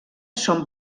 son